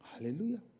Hallelujah